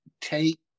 take